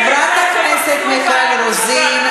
חברת הכנסת מיכל רוזין,